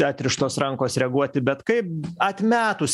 atrištos rankos reaguoti bet kaip atmetus